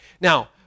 Now